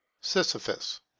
Sisyphus